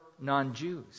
non-Jews